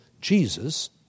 Jesus